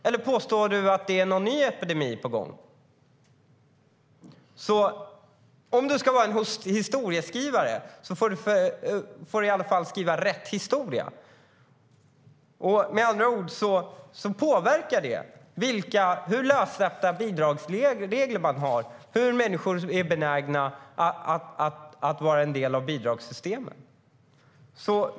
Eller påstår du att det var någon ny epidemi? Med andra ord: Hur lössläppta bidragsregler man har påverkar hur människor är benägna att vara en del av bidragssystemet.